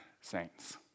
saints